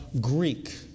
Greek